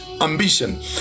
ambition